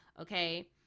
okay